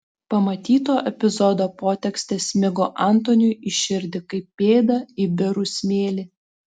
pamatyto epizodo potekstė smigo antoniui į širdį kaip pėda į birų smėlį